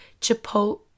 Chipotle